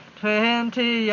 twenty